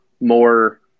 more